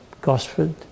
Gosford